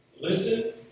Listen